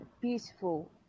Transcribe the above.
beautiful